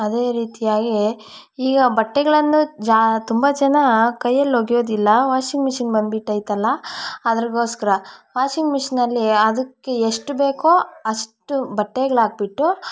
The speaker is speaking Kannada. ಅದೇ ರೀತಿಯಾಗಿ ಈಗ ಬಟ್ಟೆಗಳನ್ನು ತುಂಬ ಜನ ಕೈಯಲ್ಲಿ ಒಗೆಯೋದಿಲ್ಲ ವಾಷಿಂಗ್ ಮಿಷಿನ್ ಬಂದು ಬಿಟ್ಟೈತಲ್ಲ ಅದ್ರುಗೋಸ್ಕರ ವಾಷಿಂಗ್ ಮಿಷಿನಲ್ಲಿ ಅದಕ್ಕೆ ಎಷ್ಟು ಬೇಕೋ ಅಷ್ಟು ಬಟ್ಟೆಗಳಾಕಿಬಿಟ್ಟು